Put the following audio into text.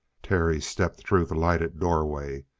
terry stepped through the lighted doorway.